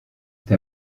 der